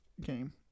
game